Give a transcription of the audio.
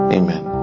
amen